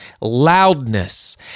loudness